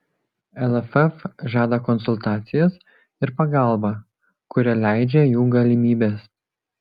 lff žada konsultacijas ir pagalbą kurią leidžia jų galimybės